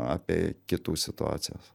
apie kitų situacijas